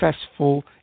successful